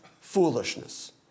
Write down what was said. foolishness